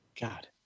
God